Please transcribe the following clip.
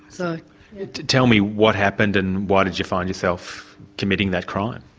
so tell me what happened, and why did you find yourself committing that crime?